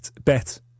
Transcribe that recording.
bet